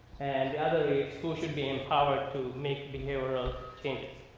and other food should be empowered to make behavior ah change.